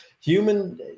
human